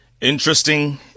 Interesting